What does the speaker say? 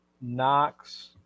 Knox